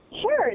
Sure